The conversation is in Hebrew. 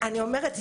אני אומרת,